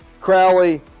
Crowley